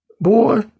boy